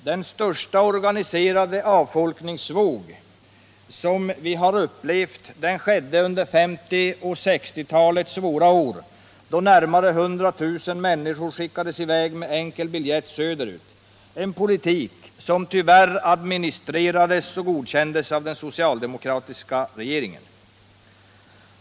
Den största organiserade avfolkningsvåg som länet har upplevt skedde under 1950 och 1960-talens svåra år, då närmare 100 000 människor skickades i väg med enkel biljett söderut. Det var en politik som tyvärr administrerades och godkändes av den socialdemokratiska regeringen.